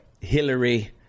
Hillary